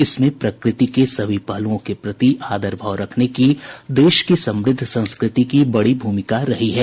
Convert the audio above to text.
इसमें प्रकृति के सभी पहलूओं के प्रति आदर भाव रखने की देश की समृद्ध संस्कृति की बड़ी भूमिका रही है